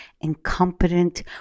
incompetent